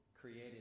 created